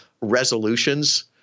resolutions